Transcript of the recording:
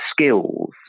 skills